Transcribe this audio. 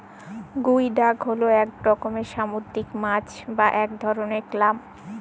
গুই ডাক হল এক রকমের সামুদ্রিক মাছ বা এক ধরনের ক্ল্যাম